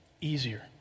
easier